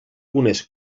unes